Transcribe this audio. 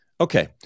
Okay